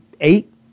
eight